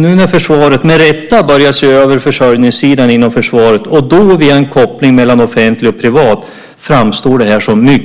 Nu när försvaret med rätta börjar se över försörjningssidan inom försvaret, och då med en koppling mellan offentligt och privat, framstår det här ur Arbogas synvinkel